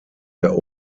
der